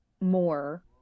more